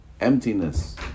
Emptiness